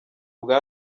bwa